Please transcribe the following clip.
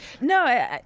No